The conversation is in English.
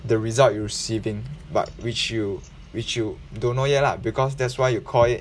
the result you receiving but which you which you don't know yet lah because that's why you call it